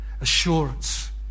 assurance